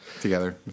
together